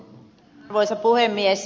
arvoisa puhemies